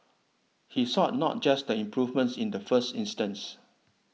he sought not just the improvements in the first instance